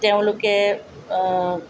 তেওঁলোকে